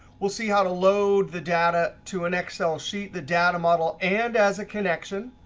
we'll see how to load the data to an excel sheet, the data model, and as a connection.